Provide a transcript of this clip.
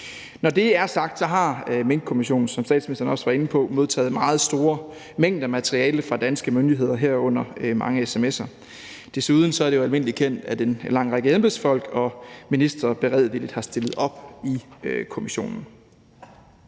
Når det er sagt, har Minkkommissionen, som statsministeren også var inde på, modtaget meget store mængder materiale fra danske myndigheder, herunder mange sms'er. Desuden er det jo almindeligt kendt, at en lang række embedsfolk og ministre beredvilligt har stillet op i kommissionen.